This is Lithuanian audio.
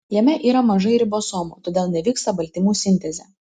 jame yra mažai ribosomų todėl nevyksta baltymų sintezė